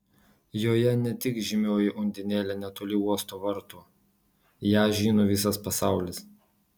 joje ne tik žymioji undinėlė netoli uosto vartų ją žino visas pasaulis